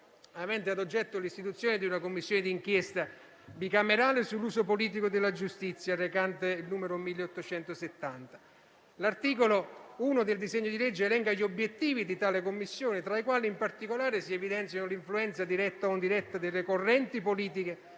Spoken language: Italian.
avente ad oggetto l'istituzione di una Commissione d'inchiesta bicamerale sull'uso politico della giustizia, recante il numero 1870. L'articolo 1 del disegno di legge elenca gli obiettivi di tale Commissione, tra i quali in particolare si evidenziano l'influenza diretta o indiretta delle correnti politiche